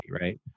right